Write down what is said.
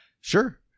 Sure